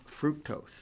fructose